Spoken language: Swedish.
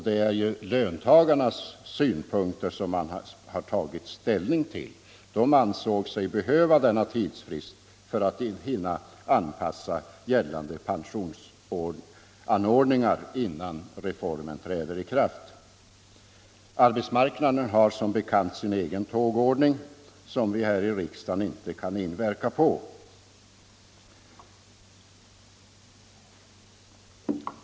Det är då löntagarnas synpunkter man har tagit hänsyn till. De ansåg sig behöva denna tidsfrist för att hinna anpassa gällande pensionsavtal till den nya ordningen innan reformen träder i kraft. Arbetsmarknaden har som bekant sin egen tågordning, som vi här i riksdagen inte kan inverka på.